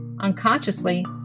unconsciously